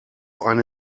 eine